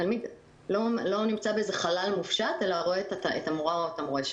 התלמיד לא נמצא באיזה חלל מופשט אלא רואה את המורה שלו.